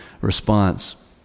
response